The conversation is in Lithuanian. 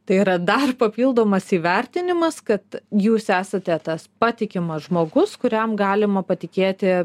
tai yra dar papildomas įvertinimas kad jūs esate tas patikimas žmogus kuriam galima patikėti